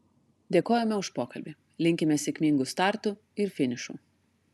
dėkojame už pokalbį linkime sėkmingų startų ir finišų